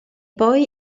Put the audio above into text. poi